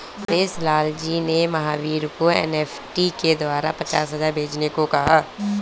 गणेश लाल जी ने महावीर को एन.ई.एफ़.टी के द्वारा पचास हजार भेजने को कहा